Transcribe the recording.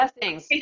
blessings